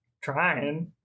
trying